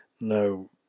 No